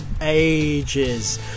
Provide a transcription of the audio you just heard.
ages